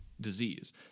disease